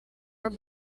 her